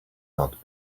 not